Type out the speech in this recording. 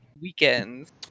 weekends